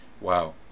Wow